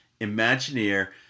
Imagineer